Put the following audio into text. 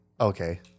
okay